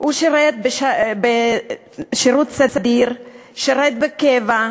שירת בשירות סדיר, שירת בקבע,